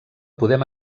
podem